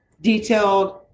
detailed